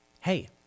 Hey